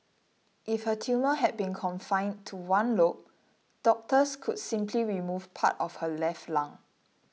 if her tumour had been confined to one lobe doctors could simply remove part of her left lung